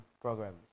programs